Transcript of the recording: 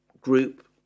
group